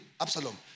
Absalom